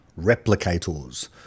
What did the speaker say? replicators